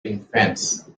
infants